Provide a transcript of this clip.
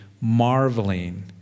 marveling